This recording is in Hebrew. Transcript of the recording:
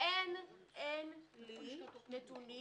אין לי נתונים